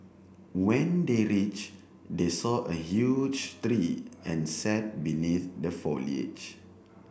when they reach they saw a huge tree and sat beneath the foliage